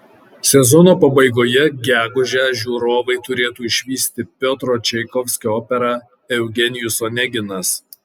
sezono pabaigoje gegužę žiūrovai turėtų išvysti piotro čaikovskio operą eugenijus oneginas